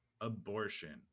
abortion